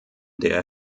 der